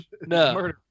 No